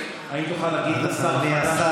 אני מייד אתייחס,